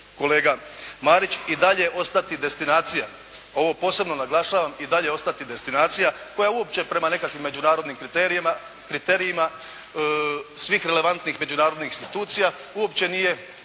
kolega Marić i dalje ostati destinacija, ovo posebno naglašavam, i dalje ostati destinacija koja uopće prema nekakvim međunarodnim kriterijima svih relevantnih međunarodnih institucija uopće nije